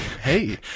Hey